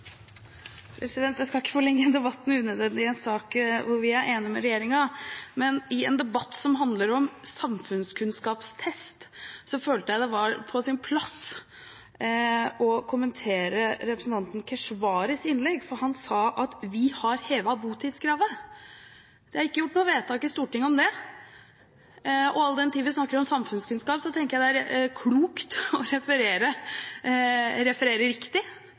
med regjeringen. Men i en debatt som handler om en samfunnskunnskapstest, følte jeg at det var på sin plass å kommentere representanten Keshvaris innlegg, for han sa at de har hevet botidskravet. Det er ikke gjort noe vedtak i Stortinget om det. All den tid vi snakker om samfunnskunnskap, synes jeg det er klokt å referere riktig.